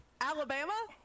Alabama